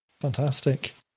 Fantastic